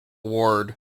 award